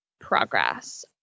progress